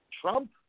Trump